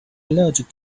allergic